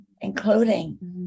including